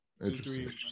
Interesting